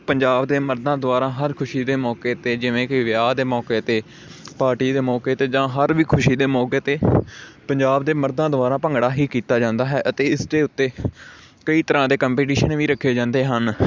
ਪੰਜਾਬ ਦੇ ਮਰਦਾਂ ਦੁਆਰਾ ਹਰ ਖੁਸ਼ੀ ਦੇ ਮੌਕੇ 'ਤੇ ਜਿਵੇਂ ਕਿ ਵਿਆਹ ਦੇ ਮੌਕੇ 'ਤੇ ਪਾਰਟੀ ਦੇ ਮੌਕੇ 'ਤੇ ਜਾਂ ਹਰ ਵੀ ਖੁਸ਼ੀ ਦੇ ਮੌਕੇ 'ਤੇ ਪੰਜਾਬ ਦੇ ਮਰਦਾਂ ਦੁਆਰਾ ਭੰਗੜਾ ਹੀ ਕੀਤਾ ਜਾਂਦਾ ਹੈ ਅਤੇ ਇਸ ਦੇ ਉੱਤੇ ਕਈ ਤਰ੍ਹਾਂ ਦੇ ਕੰਪੀਟੀਸ਼ਨ ਵੀ ਰੱਖੇ ਜਾਂਦੇ ਹਨ